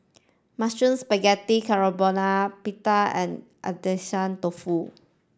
Mushroom Spaghetti Carbonara Pita and Agedashi Dofu